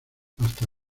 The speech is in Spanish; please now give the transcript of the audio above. hasta